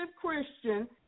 Christian